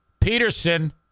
Peterson